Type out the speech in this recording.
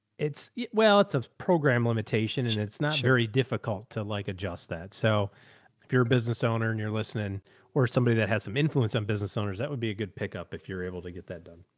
it's yeah well, it's a program limitation and it's not very difficult to like adjust that. so if you're a business owner and you're listening or somebody that has some influence on business owners, that would be a good pickup. if you're able to get that done.